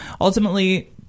Ultimately